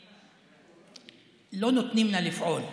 שלא נותנים לה לפעול,